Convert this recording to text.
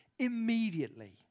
Immediately